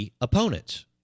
opponents